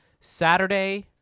Saturday